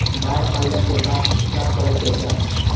बाढ़ आइला के बाद का करे के चाही?